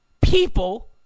people